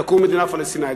תקום מדינה פלסטינית,